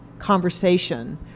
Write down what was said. conversation